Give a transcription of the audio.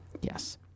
Yes